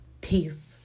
Peace